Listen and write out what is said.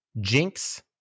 Jinx